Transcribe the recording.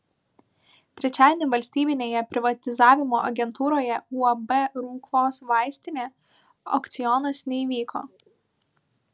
trečiadienį valstybinėje privatizavimo agentūroje uab ruklos vaistinė aukcionas neįvyko